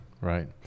Right